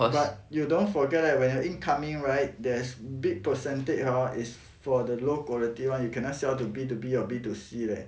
but you don't forget leh when your incoming right there's big percentage hor is for the low quality [one] you cannot sell to B two B or B two C leh